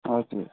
हजुर